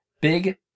Big